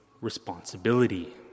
responsibility